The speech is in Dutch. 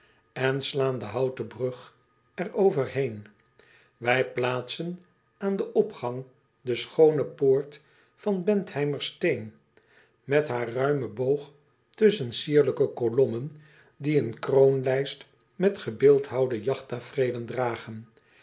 en slaan de houten brug er over heen ij plaatsen aan den opgang de schoone poort van entheimer steen met haar ruimen boog tusschen sierlijke kolommen die een kroonlijst met gebeeldhouwde jagttafereelen dragen